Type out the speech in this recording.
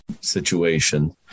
situation